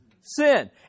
Sin